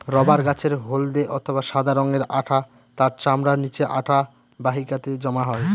rubber গাছের হল্দে অথবা সাদা রঙের আঠা তার চামড়ার নিচে আঠা বাহিকাতে জমা হয়